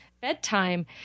bedtime